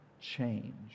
change